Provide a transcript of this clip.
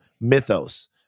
mythos